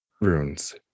runes